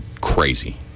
crazy